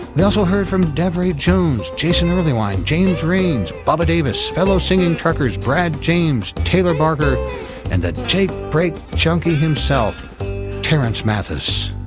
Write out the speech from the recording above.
we also heard from devrie jones, jason earlywine, james raines, bubba davis, fellow singing truckers, brad james, taylor barker and the jake brake junkie himself terrance mathis.